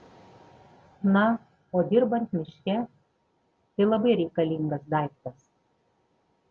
na o dirbant miške tai labai reikalingas daiktas